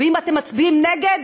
אם אתם מצביעים נגד,